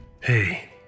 Hey